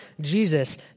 Jesus